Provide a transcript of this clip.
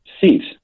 seats